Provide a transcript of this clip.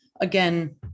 again